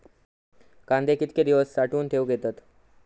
कांदे कितके दिवस साठऊन ठेवक येतत?